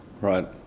Right